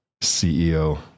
CEO